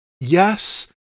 yes